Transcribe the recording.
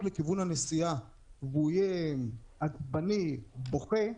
לכיוון הנסיעה והוא יהיה עצבני ובוכה,